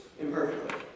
imperfectly